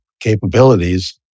capabilities